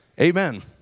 Amen